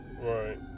Right